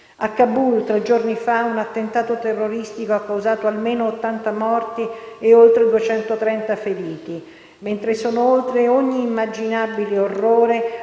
A Kabul, tre giorni fa, un attentato terroristico ha causato almeno 80 morti e oltre 230 feriti, mentre vanno oltre ogni immaginabile orrore